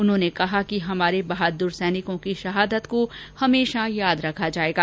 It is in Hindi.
उन्होंने कहा कि हमारे बहादुर सैनिकों की शहादत को हर्मशा याद रखा जायेगा